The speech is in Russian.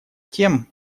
тем